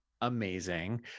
amazing